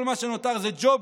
כל מה שנותר זה ג'ובים,